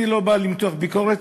אני לא בא למתוח ביקורת,